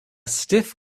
stiff